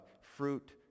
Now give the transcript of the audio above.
fruit